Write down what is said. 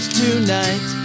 tonight